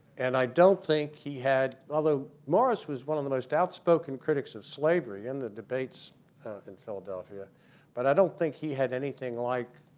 and i don't think he had although morris was one of the most outspoken critics of slavery in the debates in philadelphia but i don't think he had anything like